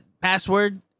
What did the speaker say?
password